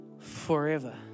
forever